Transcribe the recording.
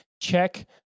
check